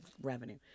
revenue